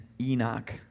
Enoch